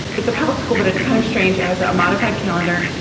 it's a public school, but it's kind of strange as ah a modified calendar.